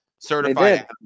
certified